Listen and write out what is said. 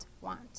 want